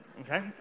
Okay